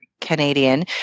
Canadian